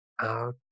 out